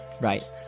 right